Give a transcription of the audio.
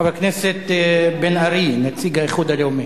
חבר הכנסת מיכאל בן-ארי, נציג האיחוד הלאומי.